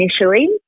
initially